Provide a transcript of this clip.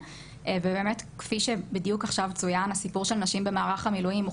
ובאמת כפי שבדיוק עכשיו צוין הסיפור של נשים במערך המילואים הוא